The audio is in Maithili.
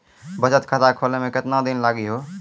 बचत खाता खोले मे केतना दिन लागि हो?